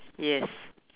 yes